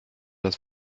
das